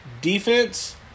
Defense